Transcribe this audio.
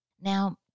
Now